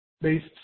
based